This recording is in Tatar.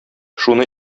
шуны